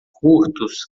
curtos